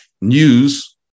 news